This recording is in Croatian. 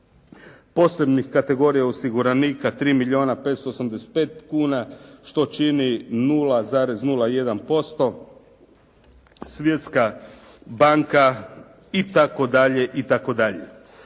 posebnih kategorija osiguranika 3 milijuna 585 kuna, što čini 0,01%, svjetska banka i tako